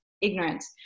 ignorance